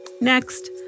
Next